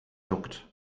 juckt